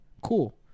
cool